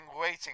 waiting